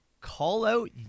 call-out